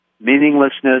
meaninglessness